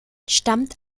stammt